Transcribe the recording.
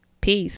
Peace